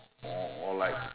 oh or like